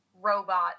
robot